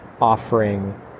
offering